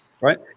Right